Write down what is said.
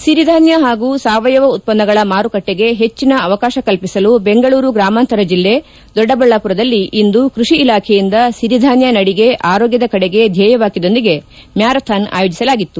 ಸಿರಿಧಾನ್ಯ ಹಾಗೂ ಸಾವಯವ ಉತ್ಪನ್ನಗಳ ಮಾರುಕಟ್ಟಿಗೆ ಹೆಟ್ಟನ ಅವಕಾತ ಕಲ್ಲಿಸಲು ಬೆಂಗಳೂರು ಗ್ರಾಮಾಂತರ ಜಿಲ್ಲೆ ದೊಡ್ಡಬಳ್ಳಾಪುರದಲ್ಲಿ ಇಂದು ಕೈಷಿ ಇಲಾಖೆಯಿಂದ ಸಿರಿಧಾನ್ಯ ನಡಿಗೆ ಆರೋಗ್ಯದ ಕಡೆಗೆ ಧ್ವೇಯವಾಕ್ಯದೊಂದಿಗೆ ಮ್ಯಾರಥಾನ್ ಆಯೋಜಸಲಾಗಿತ್ತು